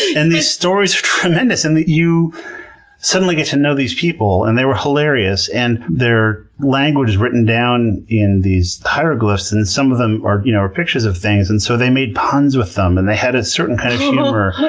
these stories are tremendous, and you suddenly get to know these people, and they were hilarious. their language is written down in these hieroglyphs and some of them are you know are pictures of things, and so they made puns with them, and they had a certain kind of humor.